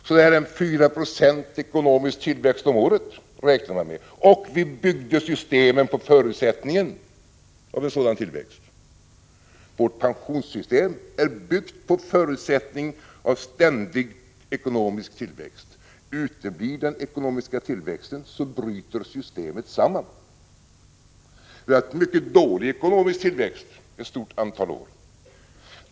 Ungefär 4 96 i ekonomisk tillväxt om året äknade man med, och vi byggde systemen på förutsättningen av en sådan illväxt. Vårt pensionssystem är byggt på förutsättningen ständig ekonomisk illväxt. Uteblir den ekonomiska tillväxten bryter systemet samman. Vi har haft mycket dålig ekonomisk tillväxt ett stort antal år.